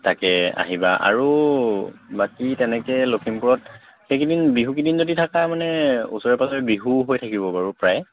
তাকে আহিবা আৰু বাকী তেনেকৈ লখিমপুৰত সেইকেইদিন বিহুকেইদিন যদি থাকা মানে ওচৰে পাঁজৰে বিহু হৈ থাকিব বাৰু প্ৰায়